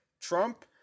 Trump